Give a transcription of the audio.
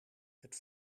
het